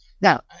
Now